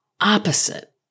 opposite